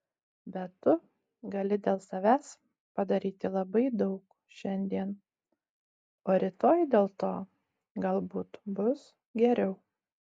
bet tu gali dėl savęs padaryti labai daug šiandien o rytoj dėl to galbūt bus geriau